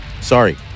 Sorry